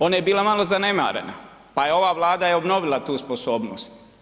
Ona je bila malo zanemarena pa je ova Vlada obnovila tu sposobnost.